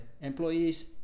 employees